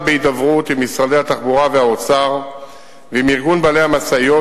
בהידברות עם משרדי התחבורה והאוצר ועם ארגון בעלי המשאיות,